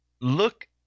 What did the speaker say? Look